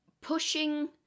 pushing